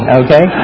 okay